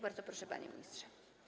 Bardzo proszę, panie ministrze.